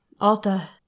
Alta